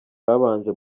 babanje